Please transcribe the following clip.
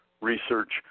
research